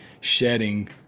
shedding